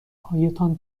هایتان